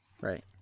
Right